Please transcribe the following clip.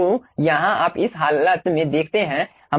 तो यहाँ आप इस हालत में देखते हैं